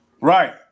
Right